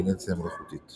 האינטליגנציה המלאכותית.